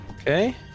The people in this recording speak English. Okay